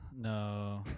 No